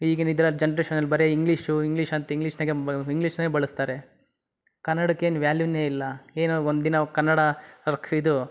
ಈಗಿನ ಇದ್ರಲ್ಲಿ ಜನ್ರೇಷನಲ್ಲಿ ಬರೀ ಇಂಗ್ಲೀಷು ಇಂಗ್ಲೀಷ್ ಅಂತ ಇಂಗ್ಲೀಷ್ನಾಗೆ ಬ ಇಂಗ್ಲೀಷನ್ನೇ ಬಳಸ್ತಾರೆ ಕನಡಕ್ಕೇನು ವ್ಯಾಲ್ಯೂನೇ ಇಲ್ಲ ಏನಾರು ಒಂದಿನ ಕನ್ನಡ ಇದು